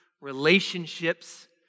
relationships